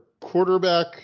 quarterback